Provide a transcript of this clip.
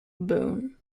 boon